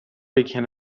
began